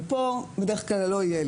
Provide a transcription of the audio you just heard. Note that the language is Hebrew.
אבל פה בדרך-כלל לא יהיה,